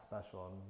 special